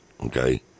Okay